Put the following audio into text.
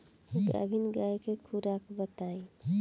गाभिन गाय के खुराक बताई?